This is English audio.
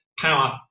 power